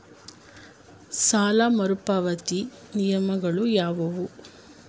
ಸಾಲ ಮರುಪಾವತಿಯ ನಿಯಮಗಳು ಯಾವುವು?